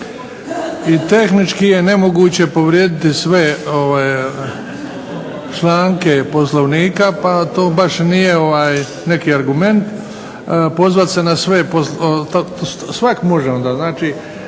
I tehnički je nemoguće povrijediti sve članke Poslovnika pa to baš i nije neki argument, pozvat se na sve, svak može onda. Znači,